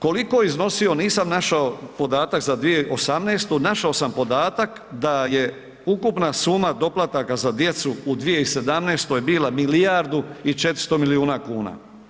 Koliko je iznosio, nisam našao podatak za 2018., našao sam podatak da je ukupna suma doplataka za djecu u 2017. bila milijardu i 400 milijuna kuna.